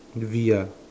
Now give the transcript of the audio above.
the V ah